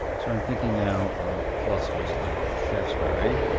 so i'm thinking now of philosophers like shaftesbury,